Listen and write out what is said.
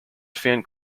fan